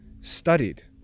studied